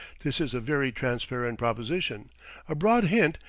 this is a very transparent proposition a broad hint,